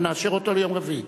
אנחנו נאשר אותה ליום רביעי.